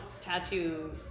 tattoo